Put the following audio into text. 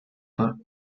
for